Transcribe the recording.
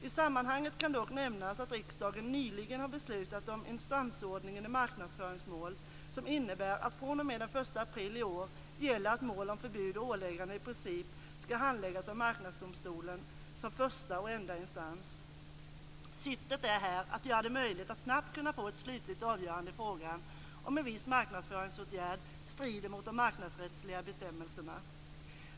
I sammanhanget kan dock nämnas att riksdagen nyligen har beslutat om instansordningen i marknadsföringsmål som innebär att fr.o.m. den 1 april i år gäller att mål om förbud och ålägganden i princip skall handläggas av Marknadsdomstolen som första och enda instans. Syftet är här att göra det möjligt att snabbt få ett slutligt avgörande i frågan om en viss marknadsföringsåtgärd strider mot de marknadsrättsliga bestämmelserna.